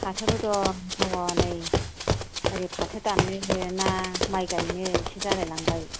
फाथोबो दं ह'नै ओरै फाथो दाननो ना माइ गायनो सो जालाय लांबाय